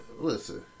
listen